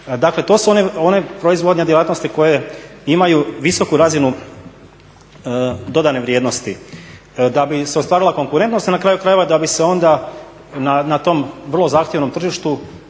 Dakle, to su one proizvodne djelatnosti koje imaju visoku razinu dodane vrijednosti. Da bi se ostvarila konkurentnost i na kraju krajeva da bi se onda na tom vrlo zahtjevnom tržištu